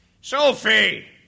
Sophie